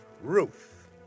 Ruth